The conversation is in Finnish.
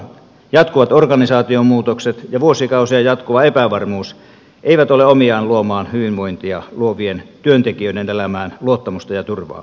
jatkuvat organisaatiomuutokset ja vuosikausia jatkuva epävarmuus eivät ole omiaan luomaan hyvinvointia luovien työntekijöiden elämään luot tamusta ja turvaa